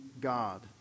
God